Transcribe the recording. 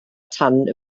tan